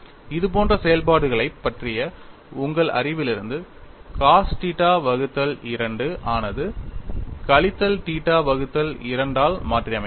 இதுபோன்ற செயல்பாடுகளைப் பற்றிய உங்கள் அறிவிலிருந்து cos θ வகுத்தல் 2 ஆனது கழித்தல் θ வகுத்தல் 2 ஆல் மாற்றியமைக்கலாம்